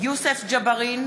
(קוראת